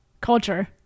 culture